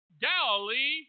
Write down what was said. Galilee